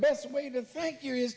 best way to thank you